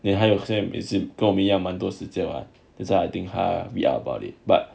then 他有现在也是跟我们一样跟我们一样蛮多时间 that's why I think 他 read up about it but